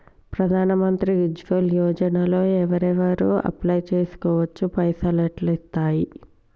ప్రధాన మంత్రి ఉజ్వల్ యోజన లో ఎవరెవరు అప్లయ్ చేస్కోవచ్చు? పైసల్ ఎట్లస్తయి?